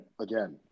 again